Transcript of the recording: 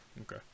Okay